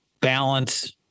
balance